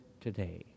today